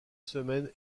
semaines